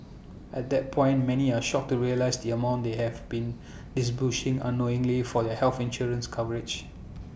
at that point many are shocked to realise the amount they have been disbursing unknowingly for their health insurance coverage